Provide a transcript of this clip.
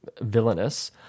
villainous